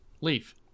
Leave